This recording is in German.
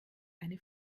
eine